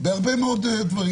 בהרבה מאוד דברים.